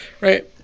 right